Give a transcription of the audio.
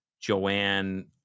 joanne